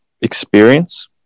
experience